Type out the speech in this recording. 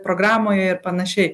programoje ir panašiai